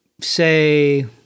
say